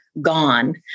gone